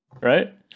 right